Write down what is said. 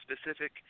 specific